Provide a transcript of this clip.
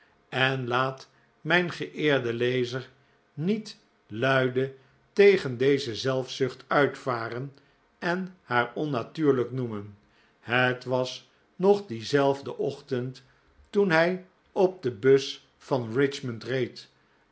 en laat mijn geeerde lezer niet luide tegen deze zelfzucht uitvaren en haar onnatuurlijk noemen het was nog dienzelfden ochtend toen hij op den bus van richmond reed